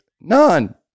None